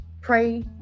pray